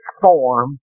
form